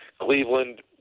Cleveland